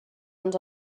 ens